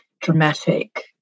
dramatic